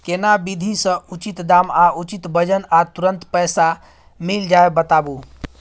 केना विधी से उचित दाम आ उचित वजन आ तुरंत पैसा मिल जाय बताबू?